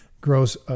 grows